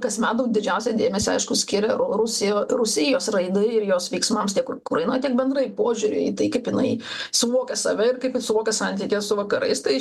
kasmet didžiausią dėmesį aišku skiria rusija rusijos jos raidai ir jos veiksmams tiek ukrainoj tiek bendrai požiūriu į tai kaip jinai suvokia save ir kaip ji suvokia santykį su vakarais tai